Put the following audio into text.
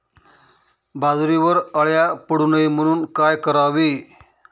बाजरीवर अळ्या पडू नये म्हणून काय करावे?